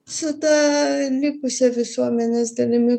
su ta likusia visuomenės dalimi